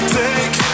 take